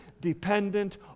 dependent